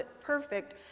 perfect